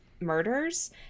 murders